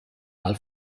mal